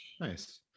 Nice